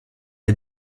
est